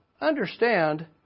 understand